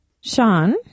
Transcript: sean